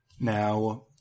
Now